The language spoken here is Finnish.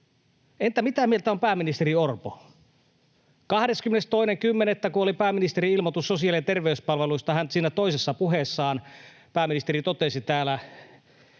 Entä mitä mieltä on pääministeri Orpo? 22.10., kun oli pääministerin ilmoitus sosiaali- ja terveyspalveluista, hän siinä toisessa puheessaan totesi täällä